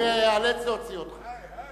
אני איאלץ להוציא אותך.